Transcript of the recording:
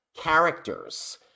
characters